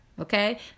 Okay